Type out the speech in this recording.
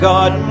God